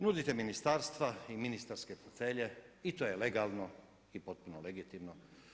Nudite ministarstva i ministarske fotelje i to je legalno i potpuno legitimno.